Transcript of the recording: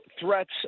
threats